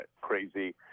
crazy